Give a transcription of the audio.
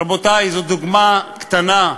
רבותי, זו דוגמה קטנה,